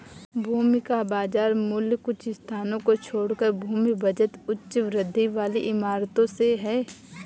भूमि का बाजार मूल्य कुछ स्थानों को छोड़कर भूमि बचत उच्च वृद्धि वाली इमारतों से है